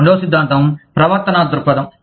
రెండవ సిద్ధాంతం ప్రవర్తనా దృక్పథం